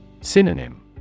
Synonym